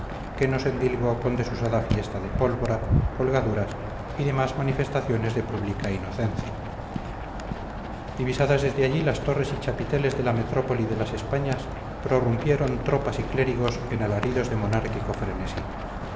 que nos endilgó con desusada fiesta de pólvora colgaduras y demás manifestaciones de pública inocencia divisadas desde allí las torres y chapiteles de la metrópoli de las españas prorrumpieron tropas y clérigos en alaridos de monárquico frenesí